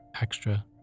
extra